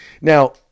Now